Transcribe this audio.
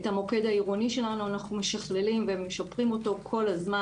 אנחנו משכללים ומשפרים את המוקד העירוני שלו כל הזמן.